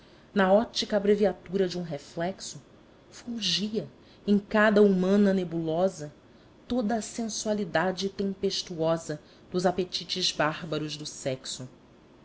na óptica abreviatura de um reflexo fulgia em cada humana nebulosa toda a sensualidade tempestuosa dos apetites bárbaros do sexo